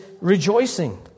rejoicing